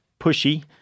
pushy